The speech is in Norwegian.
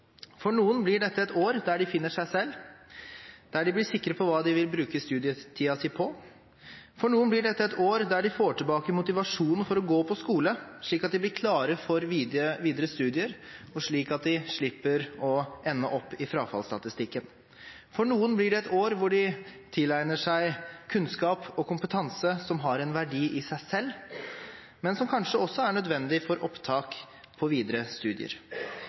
For noen blir dette et år der de finner seg selv, der de blir sikre på hva de vil bruke studietiden sin til. For noen blir dette et år der de får tilbake motivasjonen for å gå på skole, slik at de blir klare for videre studier, og slik at de slipper å ende i frafallsstatistikken. For noen blir det et år der de tilegner seg kunnskap og kompetanse som har en verdi i seg selv, men som kanskje også er nødvendig for opptak til videre studier.